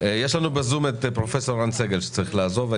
בזום פרופ' ערן סגל שצריך לעזוב.